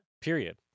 period